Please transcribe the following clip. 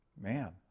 man